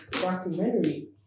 documentary